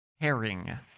Herring